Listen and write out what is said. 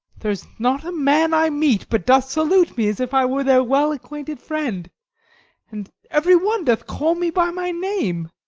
there's not a man i meet but doth salute me as if i were their well-acquainted friend and every one doth call me by my name.